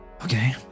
Okay